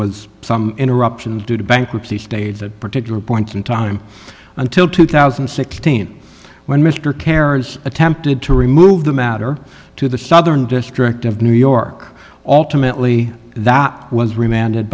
was some interruption due to bankruptcy stayed that particular point in time until two thousand and sixteen when mr carer's attempted to remove the matter to the southern district of new york alternately that was remanded